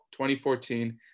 2014